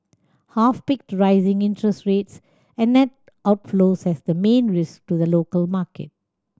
half picked rising interest rates and net outflows as the main risk to the local market